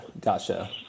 gotcha